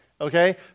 okay